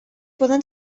poden